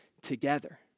together